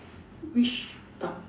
which part